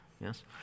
yes